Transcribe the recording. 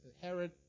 Herod